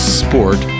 sport